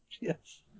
Yes